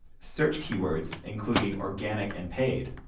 search keywords, including organic and paid,